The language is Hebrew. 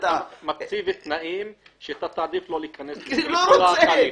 מציב תנאים שאתה תעדיף לא להיכנס לכל התהליך.